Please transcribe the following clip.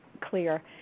clear